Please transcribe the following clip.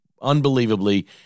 unbelievably